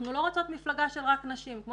אנחנו לא רוצות מפלגה רק של נשים כמו